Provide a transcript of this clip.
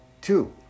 two